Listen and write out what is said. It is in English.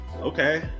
okay